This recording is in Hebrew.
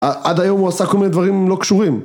עד היום הוא עשה כל מיני דברים לא קשורים